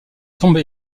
tombe